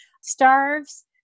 starves